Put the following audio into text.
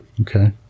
Okay